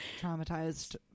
Traumatized